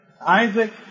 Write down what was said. Isaac